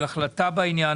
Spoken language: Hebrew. לעניין